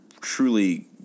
truly